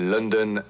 London